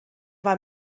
war